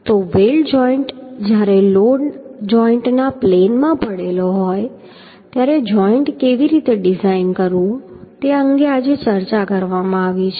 તો weld joint જ્યારે load જોઈન્ટના પ્લેનમાં પડેલો હોય ત્યારે જોઈન્ટ કેવી રીતે ડિઝાઈન કરવું તે અંગે આજે ચર્ચા કરવામાં આવી છે